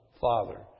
father